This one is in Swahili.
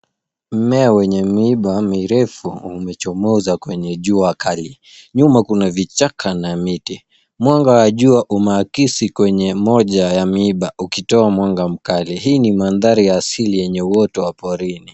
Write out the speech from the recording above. Mmea wenye miiba mirefu imechomoza kwenye jua kali. Nyuma kuna vichaka na miti. Mwanga wa jua unaakisi kwenye moja ya miiba ukitoa mwanga mkali. Hii ni mandhari ya asili yenye uoto wa porini.